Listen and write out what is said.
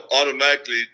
automatically